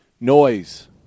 Noise